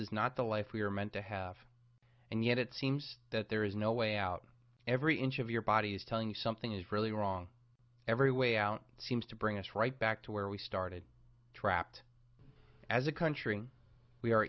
is not the life we are meant to have and yet it seems that there is no way out every inch of your body is telling you something is really wrong every way out seems to bring us right back to where we started trapped as a country we are